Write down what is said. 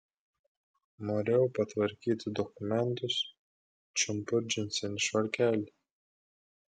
norėjau patvarkyti dokumentus čiumpu džinsinį švarkelį